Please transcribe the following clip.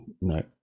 no